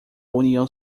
união